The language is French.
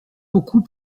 beaucoup